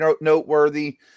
noteworthy